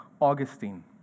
Augustine